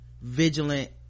vigilant